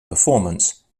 performance